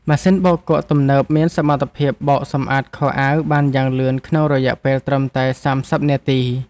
ម៉ាស៊ីនបោកគក់ទំនើបមានសមត្ថភាពបោកសម្អាតខោអាវបានយ៉ាងលឿនក្នុងរយៈពេលត្រឹមតែសាមសិបនាទី។